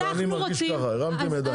אני מרגיש ככה, הרמתם ידיים.